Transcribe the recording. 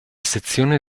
sezione